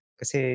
kasi